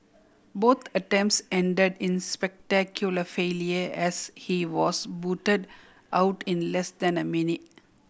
both attempts end in spectacular failure as he was booted out in less than a minute